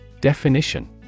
Definition